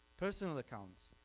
personal accounts,